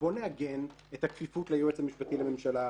בוא נעגן את הכפיפות ליועץ המשפטי לממשלה,